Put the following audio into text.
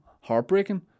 heartbreaking